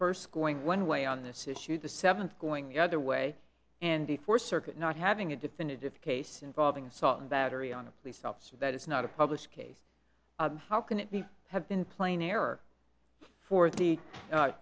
first going one way on this issue the seventh going the other way and before circuit not having a definitive case involving assault and battery on a police officer that is not a published case how can it be have been playing error for the